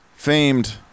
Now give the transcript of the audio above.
Famed